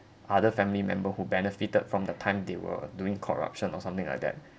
other family member who benefited from the time they were doing corruption or something like that